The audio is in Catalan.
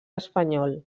espanyol